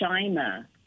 Shima